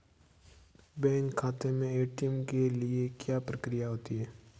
Bank खाते में ATM के लिए क्या प्रक्रिया होती है?